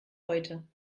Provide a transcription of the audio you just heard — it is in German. heute